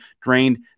drained